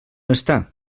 està